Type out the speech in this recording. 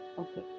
okay